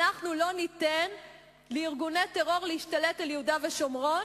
אנחנו לא ניתן לארגוני טרור להשתלט על יהודה ושומרון